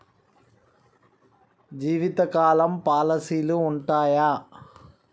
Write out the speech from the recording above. జీవితకాలం పాలసీలు ఉంటయా?